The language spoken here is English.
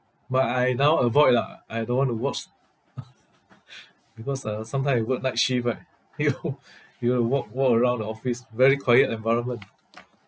but I now avoid lah I don't want to watch because uh sometime you work night shift right !aiyo! you have to walk walk around the office very quiet environment